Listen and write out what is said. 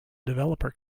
developer